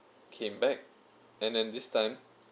came back and then this time